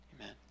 amen